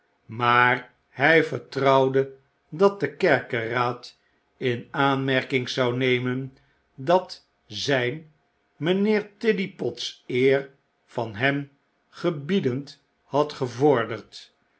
maar hy vertrouwde dat de kerkeraad in aanmerking zou nemen dat zijn mynheer tiddypot's eer van hem gebiedend had gevorderd